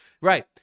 right